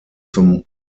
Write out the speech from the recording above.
zum